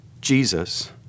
Jesus